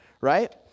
right